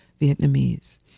Vietnamese